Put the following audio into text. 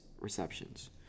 receptions